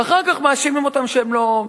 ואחר כך מאשימים אותם שהם לא,